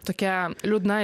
tokia liūdna